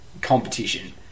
competition